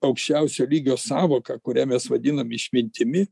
aukščiausio lygio sąvoką kurią mes vadinam išmintimi